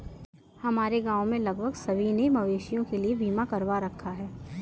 हमारे गांव में लगभग सभी ने मवेशियों के लिए बीमा करवा रखा है